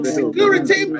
security